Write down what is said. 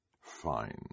Fine